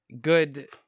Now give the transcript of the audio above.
good